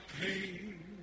pain